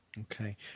Okay